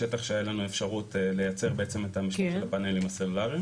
בשטח שהיה לנו אפשרות לייצר מקום לפאנלים הסולאריים